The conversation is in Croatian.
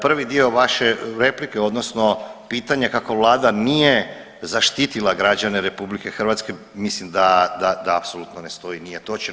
Prvi dio vaše replike odnosno pitanje kako vlada nije zaštitila građane RH mislim da apsolutno ne stoji, nije točno.